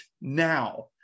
now